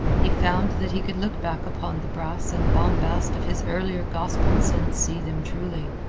he found that he could look back upon the brass and bombast of his earlier gospels and see them truly.